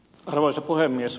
arvoisa puhemies